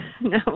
No